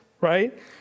right